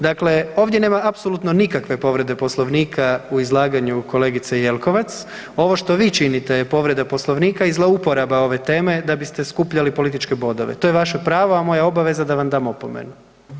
Dakle, ovdje nema apsolutno nikakve povrede Poslovnika u izlaganju kolegice Jelkovac, ovo što vi činite je povreda Poslovnika i zlouporaba ove teme da bi ste skupljali političke bodove, to je vaše pravo, a moja je obaveza da vam dam opomenu.